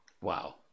Wow